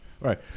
Right